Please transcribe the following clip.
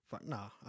nah